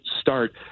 start